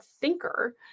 thinker